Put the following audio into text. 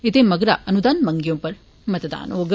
एह्दे मगरा अनुदान मंगें उप्पर मतदान होग